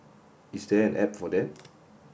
is there an app for that